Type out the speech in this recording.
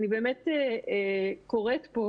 אני באמת קוראת פה,